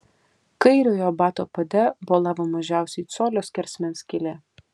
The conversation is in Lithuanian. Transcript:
kairiojo bato pade bolavo mažiausiai colio skersmens skylė